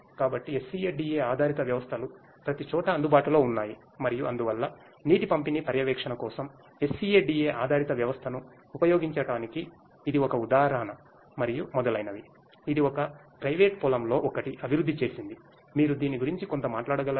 కాబట్టి SCADA ఆధారిత వ్యవస్థలు ప్రతిచోటా అందుబాటులో ఉన్నాయి మరియు అందువల్ల నీటి పంపిణీ పర్యవేక్షణ కోసం SCADA ఆధారిత వ్యవస్థను ఉపయోగించటానికి ఇది ఒక ఉదాహరణ మరియు మొదలైనవి ఇది ఒక ప్రైవేట్ పొలంలో ఒకటి అభివృద్ధి చేసింది మీరు ధిని గురించి కొంత మాట్లాడగలరా